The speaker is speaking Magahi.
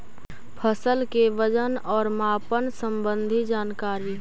फसल के वजन और मापन संबंधी जनकारी?